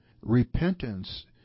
Repentance